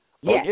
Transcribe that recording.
yes